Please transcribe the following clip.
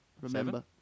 remember